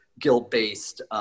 guild-based